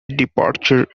departure